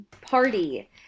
party